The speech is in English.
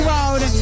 Road